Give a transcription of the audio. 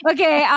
Okay